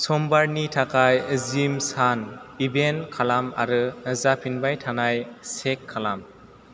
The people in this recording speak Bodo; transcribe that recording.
समबारनि थाखाय जिम सान इभेन्ट खालाम आरो जाफिनबाय थानाय सेट खालाम